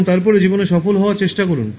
এবং তারপরে জীবনে সফল হওয়ার চেষ্টা করুন